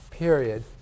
Period